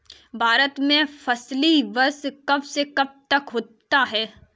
भारत में फसली वर्ष कब से कब तक होता है?